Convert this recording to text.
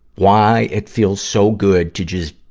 why it feels so good to just,